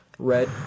red